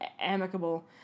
amicable